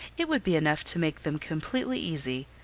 it would be enough to make them completely easy.